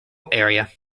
area